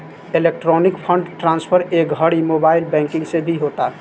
electronic fund transfer ए घड़ी mobile banking से भी होता